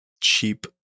cheap